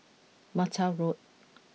Mata Road